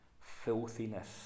filthiness